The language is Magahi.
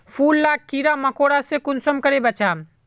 फूल लाक कीड़ा मकोड़ा से कुंसम करे बचाम?